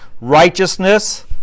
righteousness